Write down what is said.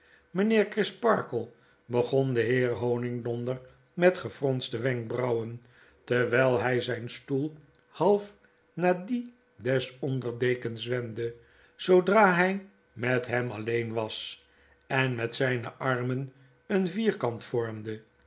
mpheer crisparkle begon de heer honigdonder met gefronste wenksrauwen terwglhij zp stoel half naar dien des onder dekens wendde zoodra hg met hem alleen was en met zpe armen een vierkant vormende